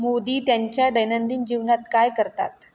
मोदी त्यांच्या दैनंदिन जीवनात काय करतात